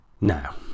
Now